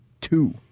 two